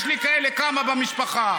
יש לי כאלה כמה במשפחה.